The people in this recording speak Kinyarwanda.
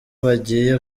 bajyiye